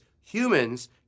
humans